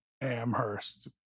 Amherst